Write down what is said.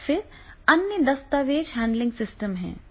और फिर अन्य दस्तावेज हैंडलिंग सिस्टम हैं